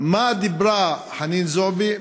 מה אמרה חנין זועבי,